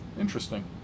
Interesting